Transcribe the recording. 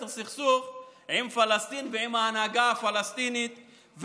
הסכסוך עם פלסטין ועם ההנהגה הפלסטינית,